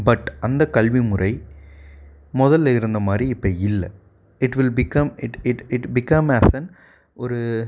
but அந்த கல்வி முறை முதல்ல இருந்தமாதிரி இப்போ இல்லை it will become it it it become அஸன் ஒரு